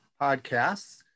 podcasts